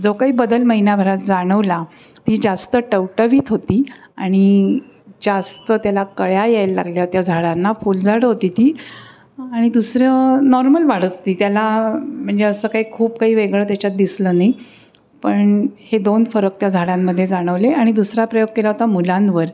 जो काही बदल महिन्याभरात जाणवला ती जास्त टवटवीत होती आणि जास्त त्याला कळ्या यायला लागल्या त्या झाडांना फुलझाडं होती ती आणि दुसरं नॉर्मल वाढत होती त्याला म्हणजे असं काय खूप काही वेगळं त्याच्यात दिसलं नाही पण हे दोन फरक त्या झाडांमध्ये जाणवले आणि दुसरा प्रयोग केला होता मुलांवर